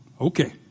Okay